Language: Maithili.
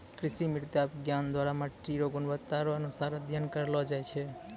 कृषि मृदा विज्ञान द्वरा मट्टी रो गुणवत्ता रो अनुसार अध्ययन करलो जाय छै